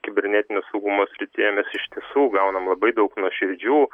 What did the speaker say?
kibernetinio saugumo srityje mes iš tiesų gaunam labai daug nuoširdžių